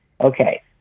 okay